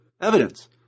evidence